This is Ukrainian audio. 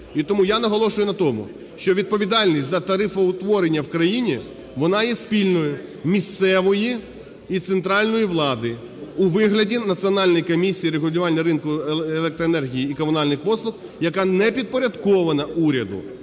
І тому я наголошую на тому, що відповідальність за тарифоутворення в країні, вона є спільною місцевої і центральної влади у вигляді Національної комісії регулювання ринку електроенергії і комунальних послуг, яка не підпорядкована уряду.